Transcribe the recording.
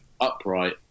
upright